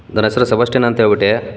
ನನ್ನ ಹೆಸ್ರು ಸೆಬಾಷ್ಟಿಯನ್ ಅಂತ ಹೇಳ್ಬುಟ್ಟು